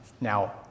Now